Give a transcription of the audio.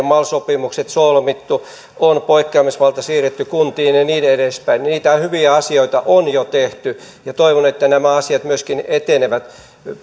mal sopimukset solmittu on poikkeamisvalta siirretty kuntiin ja ja niin edespäin niitä hyviä asioita on jo tehty ja toivon että nämä asiat etenevät